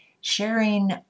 sharing